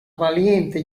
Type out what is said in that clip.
valiente